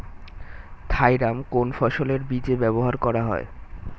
Thiram কোন ফসলের বীজে ব্যবহার করা হয়?